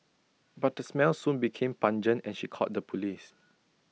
but the smell soon became pungent and she called the Police